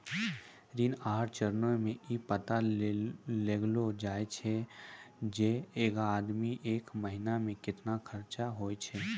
ऋण आहार चरणो मे इ पता लगैलो जाय छै जे एगो आदमी के एक महिना मे केतना खर्चा होय छै